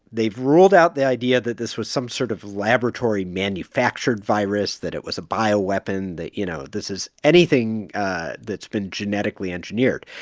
they've ruled out the idea that this was some sort of laboratory-manufactured virus, that it was a bioweapon, that, you know, this is anything that's been genetically engineered.